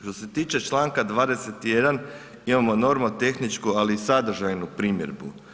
Što se tiče članka 21., imamo normotehničko ali i sadržajnu primjedbu.